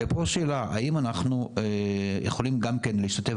ופה שאלה האם אנחנו יכולים גם כן להשתתף